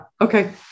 okay